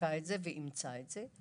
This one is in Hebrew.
בדקה את זה ואימצה את זה.